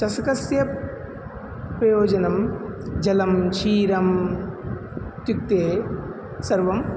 चषकस्य प्रयोजनं जलं क्षीरम् इत्युक्ते सर्वम्